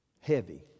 heavy